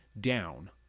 down